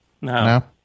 No